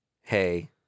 hey